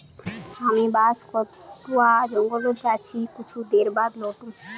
हामी बांस कटवा जंगल जा छि कुछू देर बाद लौट मु